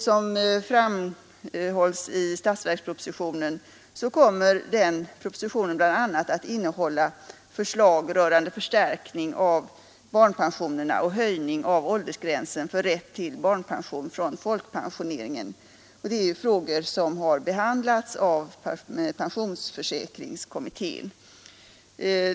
Som framhålles i statsverkspropositionen kommer denna proposition bl.a. att innehålla förslag rörande förstärkning av barnpensionerna och höjning av åldersgränsen för rätt till barnpension från folkpensioneringen. Det är ju frågor som har behandlats av pensionsförsäkringskommittén.